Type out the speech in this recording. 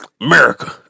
America